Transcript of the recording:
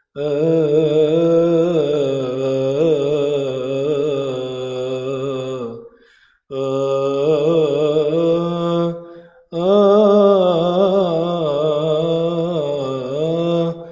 oh oh oh